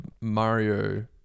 Mario